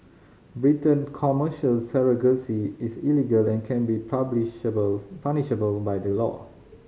Britain Commercial surrogacy is illegal and can be punishable by law